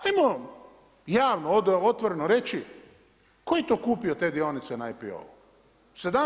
Ajmo javno, otvoreno reći tko je to kupio te dionice na IPO-u?